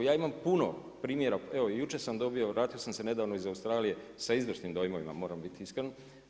Ja imam puno primjera, evo i jučer sam dobio, vratio sam se nedavno iz Australije sa izvrsnim dojmovima, moram biti iskren.